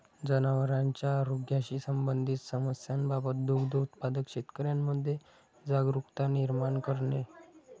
जनावरांच्या आरोग्याशी संबंधित समस्यांबाबत दुग्ध उत्पादक शेतकऱ्यांमध्ये जागरुकता निर्माण करणे